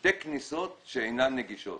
שתי כניסות שאינן נגישות.